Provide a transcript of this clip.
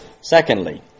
Secondly